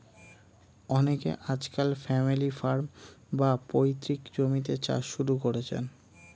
অনেকে আজকাল family farm, বা পৈতৃক জমিতে চাষ শুরু করেছেন